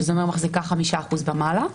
שזה אומר מחזיקה 5% ומעלה,